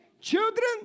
Children